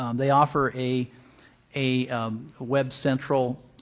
um they offer a a web central,